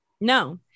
No